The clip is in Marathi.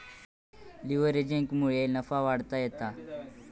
लीव्हरेजिंगमुळे नफा वाढवता येता